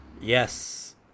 Yes